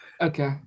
Okay